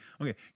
okay